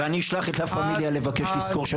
ואני אשלח את לה פמיליה לבקש לשכור שם